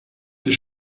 die